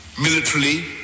militarily